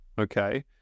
Okay